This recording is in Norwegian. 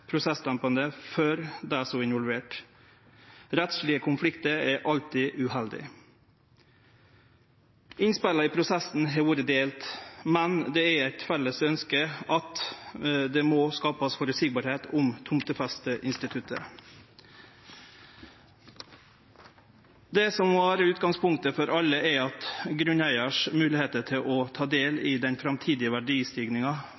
er involverte. Rettslege konfliktar er alltid uheldig. Innspela i prosessen har vore delte, men det er eit felles ønske at det må skapast føreseielegheit om tomtefesteinstituttet. Det som var utgangspunktet for alle, er at grunneigarens moglegheit til å ta del i den framtidige verdistigninga